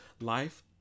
life